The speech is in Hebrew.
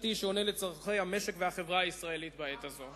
על צורכי המשק והחברה הישראלית בעת הזאת.